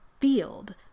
field